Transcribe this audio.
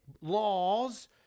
laws